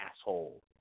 asshole